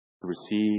receive